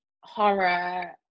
horror